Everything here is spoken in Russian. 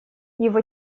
его